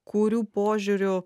kurių požiūriu